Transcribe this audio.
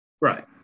right